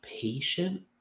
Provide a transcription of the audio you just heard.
patient